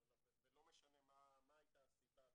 ולא משנה מה הייתה הסיבה.